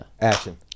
action